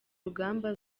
rugamba